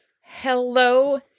Hello